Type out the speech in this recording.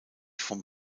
vom